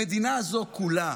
המדינה הזו כולה